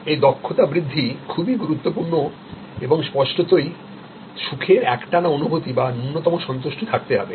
এই দক্ষতা বৃদ্ধি খুবই গুরুত্বপূর্ণ এবং স্পষ্টতই সুখের একটানা অনুভূতি বা ন্যূনতম সন্তুষ্টি থাকতে হবে